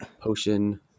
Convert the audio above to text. potion